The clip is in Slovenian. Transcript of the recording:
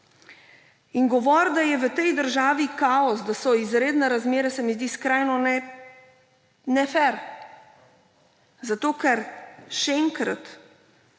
Govoriti, da je v tej državi kaos, da so izredne razmere, se mi zdi nefer. Zato ker, še enkrat,